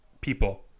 people